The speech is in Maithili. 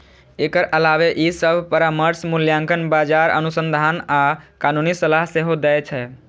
एकर अलावे ई सभ परामर्श, मूल्यांकन, बाजार अनुसंधान आ कानूनी सलाह सेहो दै छै